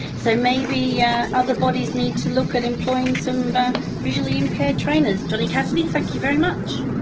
so maybe yeah other bodies need to look at employing some visually impaired trainers. johny cassidy, thank you very much.